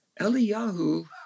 Eliyahu